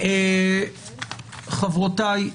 חברותי,